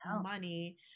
money